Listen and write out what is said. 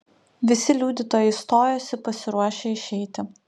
visi liudytojai stojosi pasiruošę išeiti